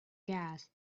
gas